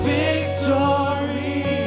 victory